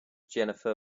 jennifer